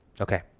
Okay